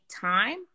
time